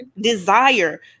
desire